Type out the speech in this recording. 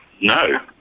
No